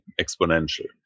exponential